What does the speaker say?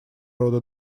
рода